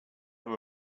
have